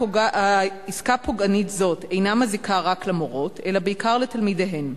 העסקה פוגענית זאת אינה מזיקה רק למורות אלא בעיקר לתלמידיהן: